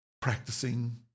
practicing